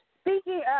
Speaking